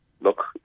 look